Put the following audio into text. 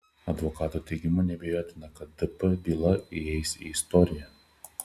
advokato teigimu neabejotina kad dp byla įeis į istoriją